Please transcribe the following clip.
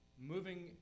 moving